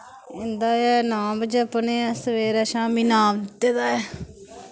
इं'दा गै नाम जपने आं सबेरे शामी नाम दित्ते दा ऐ